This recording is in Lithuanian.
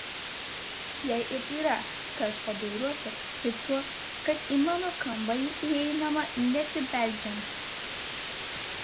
jei ir yra kas kuo bjauriuosi tai tuo kad į mano kambarį įeinama nesibeldžiant